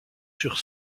sur